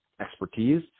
expertise